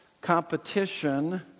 competition